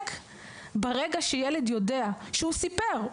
ברגע שילד יודע שהוא סיפר,